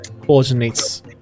coordinates